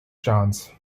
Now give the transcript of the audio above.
chance